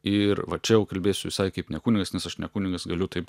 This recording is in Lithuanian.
ir va čia jau kalbėsiu visai kaip ne kunigas nes aš ne kunigas galiu taip